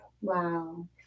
Wow